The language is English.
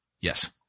Yes